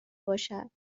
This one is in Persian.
باشد